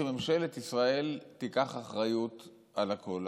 שממשלת ישראל תיקח אחריות על הכול.